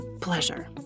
pleasure